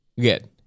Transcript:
good